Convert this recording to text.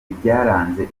ibyaranze